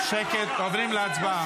שקט, עוברים להצבעה.